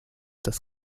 das